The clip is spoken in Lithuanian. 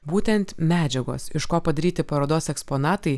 būtent medžiagos iš ko padaryti parodos eksponatai